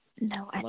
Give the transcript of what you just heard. No